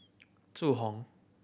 Zhu Hong